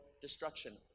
destruction